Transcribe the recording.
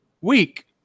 week